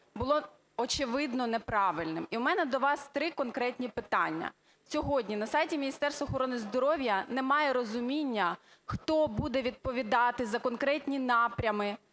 було очевидно неправильним. І в мене до вас три конкретних питання. Сьогодні на сайті Міністерства охорони здоров'я немає розуміння, хто буде відповідати за конкретні напрями,